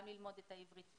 גם ללמוד את העברית'.